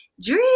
dream